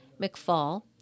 McFall